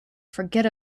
forget